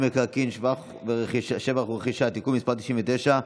מקרקעין (שבח ורכישה) (תיקון מס' 9),